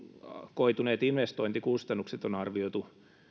koituneet investointikustannukset on arvioitu